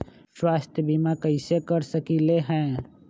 स्वाथ्य बीमा कैसे करा सकीले है?